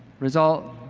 result,